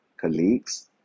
colleagues